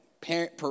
parent